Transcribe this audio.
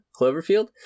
Cloverfield